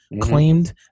claimed